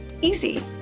easy